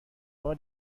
بار